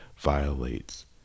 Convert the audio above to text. violates